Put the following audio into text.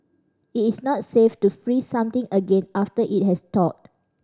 it is not safe to freeze something again after it has thawed